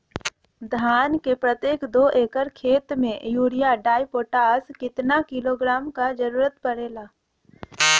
धान के प्रत्येक दो एकड़ खेत मे यूरिया डाईपोटाष कितना किलोग्राम क जरूरत पड़ेला?